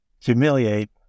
humiliate